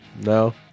No